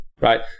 Right